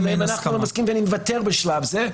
-- שבהם אנחנו לא מסכימים, ואני מוותר בשלב זה,